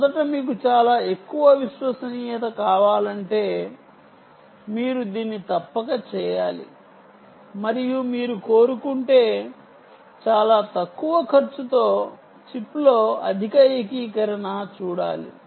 మొదట మీకు చాలా ఎక్కువ విశ్వసనీయత కావాలంటే మీరు దీన్ని తప్పక చేయాలి మరియు మీరు కోరుకుంటే చాలా తక్కువ ఖర్చుతో చిప్లో అధిక ఏకీకరణను చూడాలి